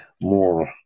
more